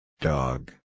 Dog